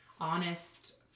honest